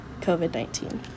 COVID-19